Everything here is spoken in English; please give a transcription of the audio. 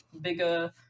bigger